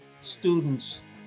students